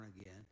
again